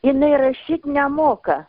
jinai rašyt nemoka